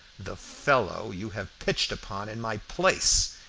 the fellow you have pitched upon in my place,